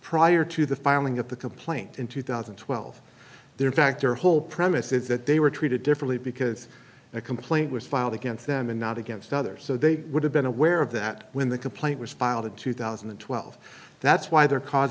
prior to the filing of the complaint in two thousand and twelve there in fact their whole premise is that they were treated differently because a complaint was filed against them and not against others so they would have been aware of that when the complaint was filed in two thousand and twelve that's why their cause